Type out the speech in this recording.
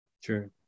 Sure